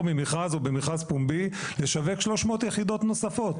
ממכרז או במכרז פומבי לשווק 300 יחידות נוספות?